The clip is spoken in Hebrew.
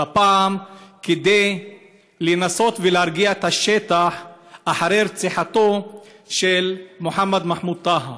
אבל הפעם כדי לנסות ולהרגיע את השטח אחרי רציחתו של מוחמד מחמוד טאהא.